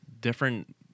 different